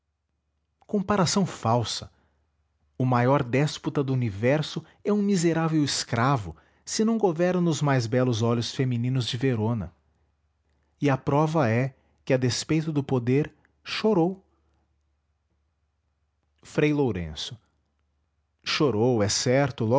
comparação falsa o maior déspota do universo é um miserável escravo se não governa os mais belos olhos femininos de verona e a prova é que a despeito do poder chorou frei lourenço chorou é certo